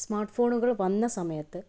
smart ഫോണുകൾ വന്ന സമയത്ത്